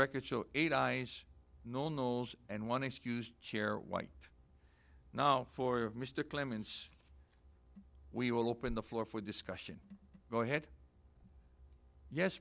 record eight eyes and one excused chair white now for mr clements we will open the floor for discussion go ahead yes